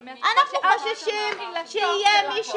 אתם בעצם חוששים ---- אנחנו חוששים שיהיה מי שיאמר,